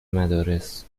مدارس